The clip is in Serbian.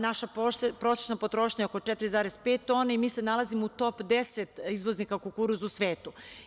Naša prosečna potrošnja je oko 4,5 tona i mi se nalazimo u top deset izvoznika kukuruza u svetu.